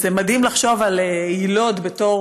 וזה מדהים לחשוב על יילוד בתור